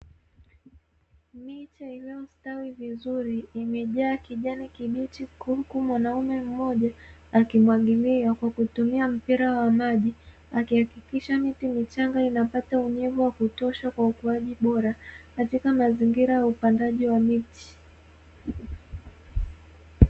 Miti iliyostawi vizuri imejaa kijani kibichi huku mwanaume mmoja akimwagilia kwa kutumia mpira wa maji, akihakikisha miti michanga inapata unyevu wa kutosha kwa ukuaji bora, katika mazingira ya upandaji wa miti.